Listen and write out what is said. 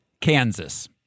Kansas